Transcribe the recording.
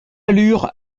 allure